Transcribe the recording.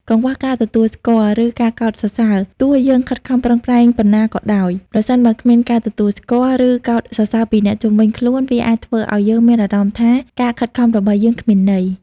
កង្វះការទទួលស្គាល់ ឬការកោតសរសើរ ទោះយើងខិតខំប្រឹងប្រែងប៉ុណ្ណាក៏ដោយ ប្រសិនបើគ្មានការទទួលស្គាល់ ឬកោតសរសើរពីអ្នកជុំវិញ វាអាចធ្វើឲ្យយើងមានអារម្មណ៍ថាការខិតខំរបស់យើងគ្មានន័យ។